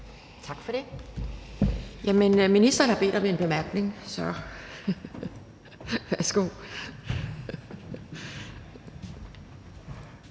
Tak for det. Ministeren har bedt om en bemærkning. Værsgo.